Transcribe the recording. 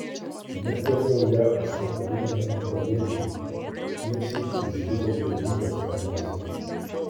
nugvelbiau ją užpakaliniame kambarėlyje tiesiai iš žlibo bjaurybės panosės